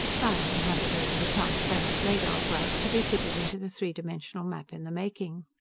diane handed over the transparent radar graph, to be fitted into the three-dimensional map in the making.